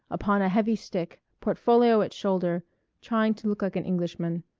upon a heavy stick, portfolio at shoulder trying to look like an englishman.